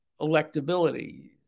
electability